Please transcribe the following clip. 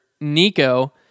Nico